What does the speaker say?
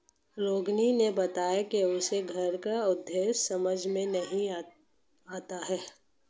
रोहिणी ने बताया कि उसे कर का उद्देश्य समझ में नहीं आता है